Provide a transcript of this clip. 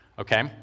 okay